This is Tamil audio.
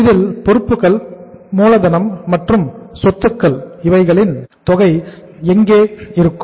இதில் பொறுப்புக்கள் மூலதனம் மற்றும் சொத்துக்கள் இவைகளின் தொகை இங்கே இருக்கும்